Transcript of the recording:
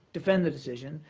defend the decision,